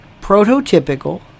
prototypical